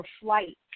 flight